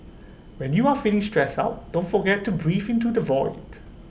when you are feeling stressed out don't forget to breathe into the void